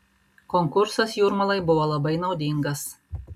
konkursas jūrmalai buvo labai naudingas